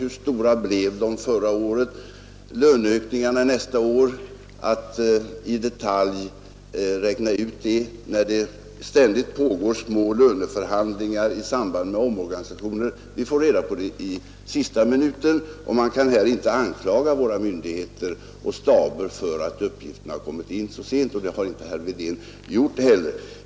Hur stora blev de föregående år? Det kan gälla löneökningarna nästa år. Kostnaderna härför måste räknas ut i detalj medan det ständigt pågår små löneförhandlingar i samband med t.ex. omorganisationer. Vi får som sagt reda på det i sista minuten. Man kan i det avseendet inte anklaga våra myndigheter och staber för att uppgifterna har kommit in så sent, och det har inte herr Wedén gjort heller.